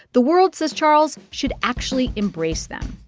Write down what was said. the world, says charles, should actually embrace them.